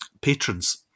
patrons